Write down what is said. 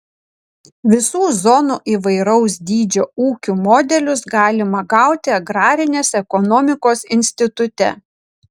visų zonų įvairaus dydžio ūkių modelius galima gauti agrarinės ekonomikos institute